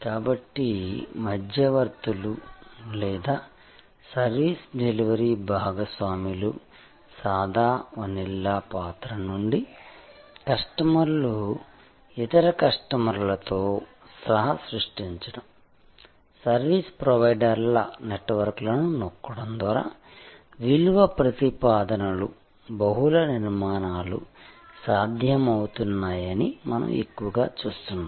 కాబట్టి మధ్యవర్తులు లేదా సర్వీస్ డెలివరీ భాగస్వాముల సాదా వనిల్లా పాత్ర నుండి కస్టమర్లు ఇతర కస్టమర్లతో సహ సృష్టించడం సర్వీస్ ప్రొవైడర్ల నెట్వర్క్లను నొక్కడం ద్వారా విలువ ప్రతిపాదనలు బహుళ నిర్మాణాలు సాధ్యమవుతున్నాయని మనం ఎక్కువగా చూస్తున్నాము